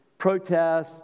protests